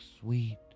sweet